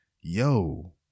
yo